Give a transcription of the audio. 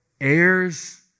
heirs